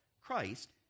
Christ